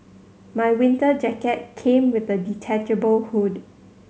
my winter jacket came with a detachable hood